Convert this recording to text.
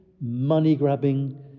money-grabbing